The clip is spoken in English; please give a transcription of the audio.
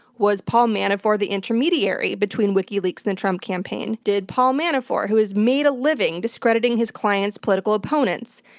was paul manafort the intermediary between wikileaks and the trump campaign? did paul manafort, who has made a living discrediting his clients' political opponents,